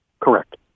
Correct